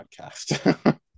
podcast